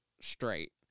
straight